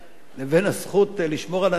לבין הזכות לשמור על הנפש,